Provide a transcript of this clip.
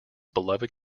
beloved